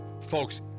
Folks